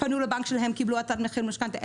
פנו לבנק שלהם וקיבלו הצעת מחיר למשכנתה,